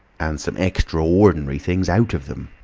and some extra-ordinary things out of em,